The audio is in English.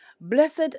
Blessed